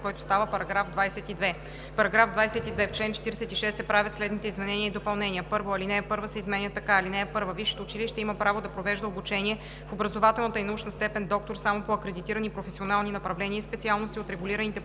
който става § 22: „§ 22. В чл. 46 се правят следните изменения и допълнения: 1. Алинея 1 се изменя така: „(1) Висшето училище има право да провежда обучение в образователната и научна степен „доктор“ само по акредитирани професионални направления и специалности от регулираните